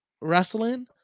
wrestling